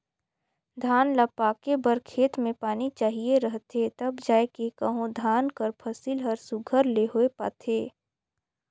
धान ल पाके बर खेत में पानी चाहिए रहथे तब जाएके कहों धान कर फसिल हर सुग्घर ले होए पाथे